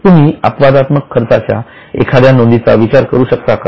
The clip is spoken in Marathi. तुम्ही अपवादात्मक खर्चाच्या एखाद्या नोंदीचा विचार करू शकता का